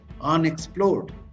unexplored